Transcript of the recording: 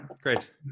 great